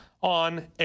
on